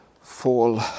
fall